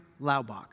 Laubach